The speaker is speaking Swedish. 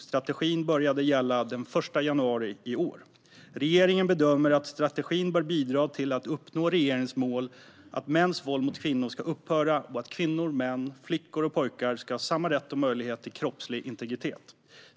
Strategin började gälla den 1 januari i år. Regeringen bedömer att strategin bör bidra till att uppnå regeringens mål att mäns våld mot kvinnor ska upphöra och att kvinnor och män, flickor och pojkar ska ha samma rätt och möjlighet till kroppslig integritet.